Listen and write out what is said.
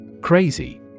Crazy